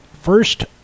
First